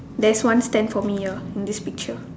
there's one stand for me here in this picture